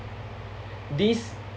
these